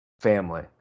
family